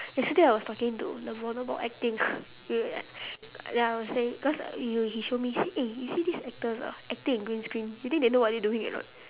yesterday I was talking to the voldemort acting ya I was saying cause you he show me eh you see the actors ah acting in green screen you think they know what they doing or not